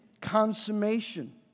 consummation